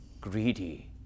greedy